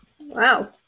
Wow